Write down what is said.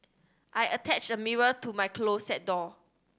I attached a mirror to my closet door